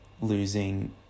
losing